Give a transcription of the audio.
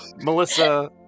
Melissa